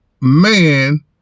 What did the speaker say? man